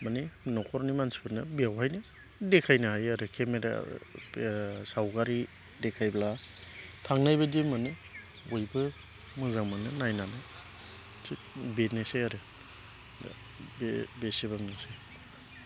मानि न'खरनि मानसिफोरनो बेवहायनो देखायनो हायो आरो केमेरा बे सावगारि देखायब्ला थांनाय बायदि मोनो बयबो मोजां मोनो नायनानै थिग बेनोसै आरो दा बे बेसेबांनोसै